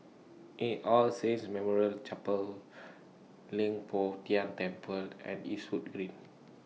A All Saints Memorial Chapel Leng Poh Tian Temple and Eastwood Green